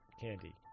candy